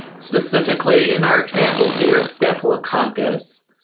specifically in our example here, staphylococcus,